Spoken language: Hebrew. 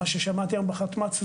מה ששמעתי היום בחתמ"צ,